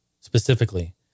specifically